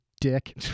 dick